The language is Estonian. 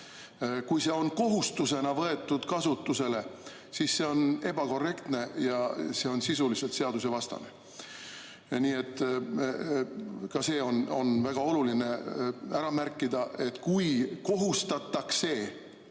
Kui see on kohustusena võetud kasutusele, siis see on ebakorrektne ja see on sisuliselt seadusvastane. Nii et ka see on väga oluline ära märkida, et kui kohustatakse